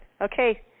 Okay